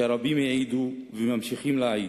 שרבים העידו וממשיכים להעיד